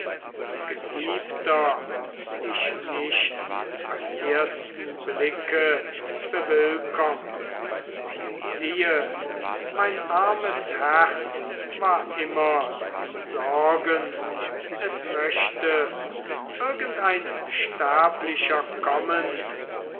geliebter dich nicht beim ersten blicke bewillkommt siehe mein armes herz war immer in sorgen es möchte irgendein sterblicher kommen